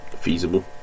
feasible